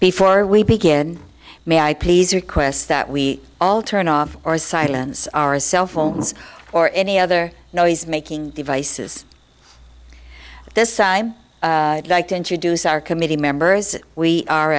before we begin may i please request that we all turn off or silence our cell phones or any other noise making devices this i like to introduce our committee members we are